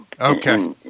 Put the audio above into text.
okay